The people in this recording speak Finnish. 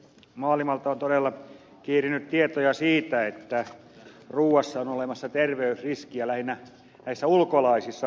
maailmalta on todella kiirinyt tietoja siitä että ruuassa on olemassa terveysriski ja lähinnä ulkolaisissa ruuissa